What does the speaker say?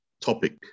topic